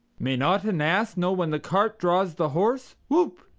may not an ass know when the cart draws the horse whoop,